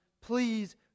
Please